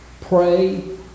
pray